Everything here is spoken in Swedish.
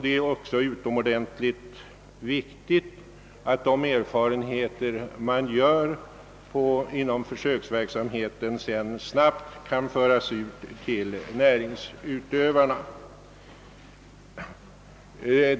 Det är utomordentligt viktigt att de erfarenheter man gör inom försöksverksamheten snabbt kan föras ut till näringsutövarna.